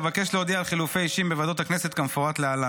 אבקש להודיע על חילופי אישים בוועדות הכנסת כמפורט להלן: